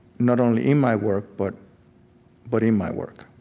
not only in my work, but but in my work